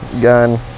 gun